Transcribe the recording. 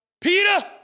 Peter